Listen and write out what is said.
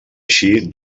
així